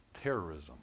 terrorism